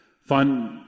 find